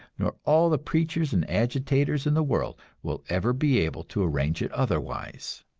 nor all the preachers and agitators in the world, will ever be able to arrange it otherwise.